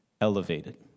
elevated